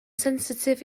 sensitif